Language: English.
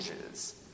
changes